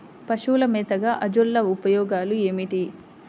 పశువుల మేతగా అజొల్ల ఉపయోగాలు ఏమిటి?